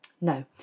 no